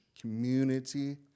community